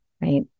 right